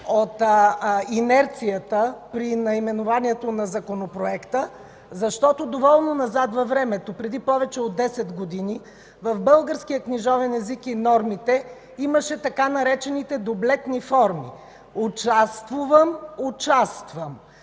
от инерцията при наименованието на Законопроекта – защото доволно назад във времето, преди повече от десет години, в българския книжовен език и нормите имаше така наречените „дублетни форми”: „участвувам – участвам”,